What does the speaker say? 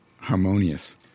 harmonious